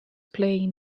playing